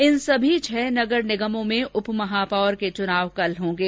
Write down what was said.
इन सभी छह नगर निगमों में उपमहापौर के चुनाव कल होंगे